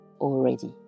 already